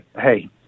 hey